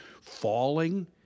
falling